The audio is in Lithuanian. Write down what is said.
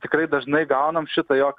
tikrai dažnai gaunam šitą jog